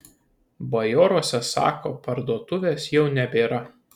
bajoruose sako parduotuvės jau nebėra